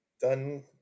done